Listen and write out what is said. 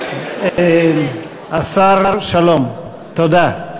השר שלום, תודה.